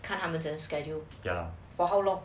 看他们的 schedule lah for how long